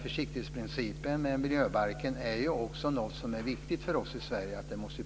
Försiktighetsprincipen i miljöbalken är viktig för oss i Sverige.